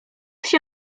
się